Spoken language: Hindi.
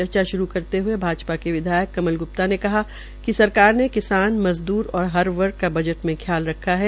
चर्चा शुरू करते हुए भाजपा के विधायक कमल ग्प्ता ने कहा कि सरकार ने किसान मजदूर और हर वर्ग का बजट में ख्याल रखा है